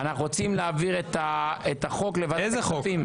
אנחנו רוצים להעביר את החוק לוועדת הכספים.